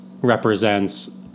represents